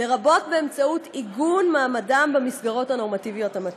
לרבות עיגון מעמדם במסגרות הנורמטיביות המתאימות.